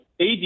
AD